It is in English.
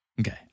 Okay